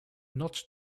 not